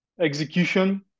execution